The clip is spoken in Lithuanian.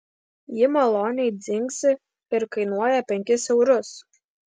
ji maloniai dzingsi ir kainuoja penkis eurus